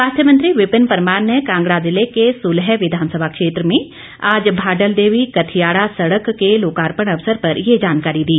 स्वास्थ्य मंत्री विपिन परमार ने कांगडा जिले के सुलह विधानसभा क्षेत्र में आज भाडल देवी कथियाड़ा सड़क के लोकार्पण अवसर पर ये जानकारी दी